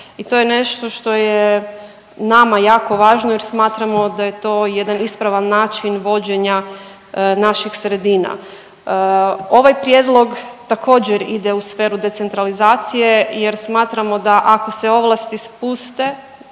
i to je nešto što je nama jako važno jer smatramo da je to jedan ispravan način vođenja naših sredina. Ovaj prijedlog također ide u sferu decentralizacije jer smatramo da ako se ovlasti spuste